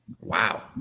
Wow